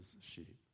sheep